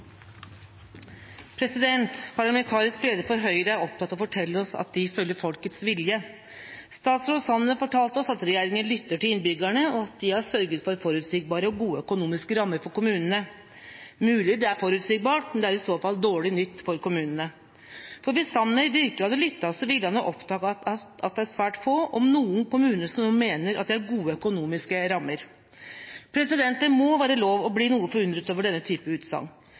opptatt av å fortelle oss at de følger folkets vilje. Statsråd Sanner fortalte oss at regjeringa lytter til innbyggerne, og at de har sørget for forutsigbare og gode økonomiske rammer for kommunene. Mulig det er forutsigbart, men det er i så fall dårlig nytt for kommunene. For hvis statsråd Sanner virkelig hadde lyttet, ville han ha oppdaget at det er svært få, om noen, kommuner som mener at de har gode økonomiske rammer. Det må være lov til å bli noe forundret over denne typen utsagn.